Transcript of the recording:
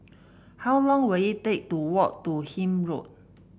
how long will it take to walk to Hythe Road